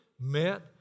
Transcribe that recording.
met